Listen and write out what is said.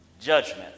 judgment